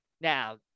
Now